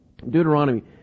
Deuteronomy